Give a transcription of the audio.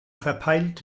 verpeilt